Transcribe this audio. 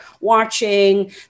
watching